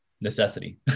necessity